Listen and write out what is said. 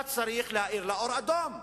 אתה צריך להאיר לה אור אדום,